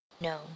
No